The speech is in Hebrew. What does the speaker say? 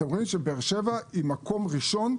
אפשר לראות שבאר שבע היא במקום ראשון,